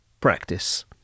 practice